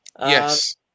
Yes